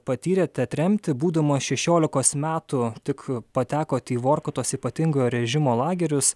patyrėte tremtį būdamas šešiolikos metų tik patekot į vorkutos ypatingojo režimo lagerius